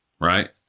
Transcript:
right